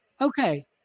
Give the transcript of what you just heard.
Okay